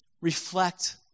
reflect